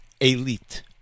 elite